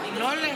הוא לא עולה?